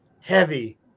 heavy